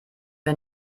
wir